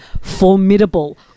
formidable